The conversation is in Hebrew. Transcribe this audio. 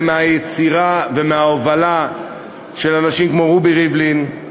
מהיצירה ומההובלה של אנשים כמו רובי ריבלין,